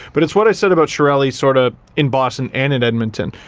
but it's what i said about chiarelli sort of, in boston and in edmonton,